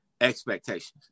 expectations